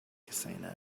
casino